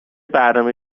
برنامه